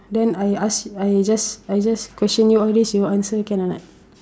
then I ask I just I just question you all these you answer can or not